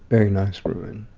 very nice ruin.